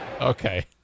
Okay